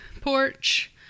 porch